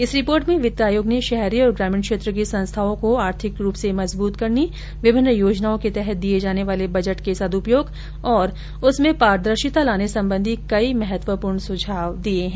इस रिपोर्ट में वित्त आयोग ने शहरी और ग्रामीण क्षेत्र की संस्थाओं को आर्थिक रुप से मजबूत करने विभिन्न योजनाओं के तहत दिए जाने वाले बजट के सदूपयोग और उसमें पारदर्शिता लाने संबंधी कई महत्वपूर्ण सुझाव दिए है